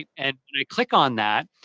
ah and when i click on that,